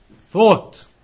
thought